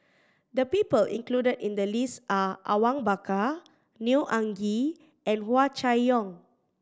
the people included in the list are Awang Bakar Neo Anngee and Hua Chai Yong